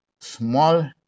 Small